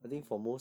mm